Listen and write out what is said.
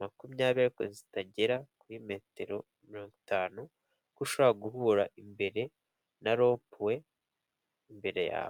makumyabiri zitagera kuri metero mirongo itanu ushobora guhura imbere na rompuwe imbere yawe.